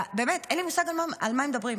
באמת, אין לי מושג על מה הם מדברים.